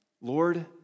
Lord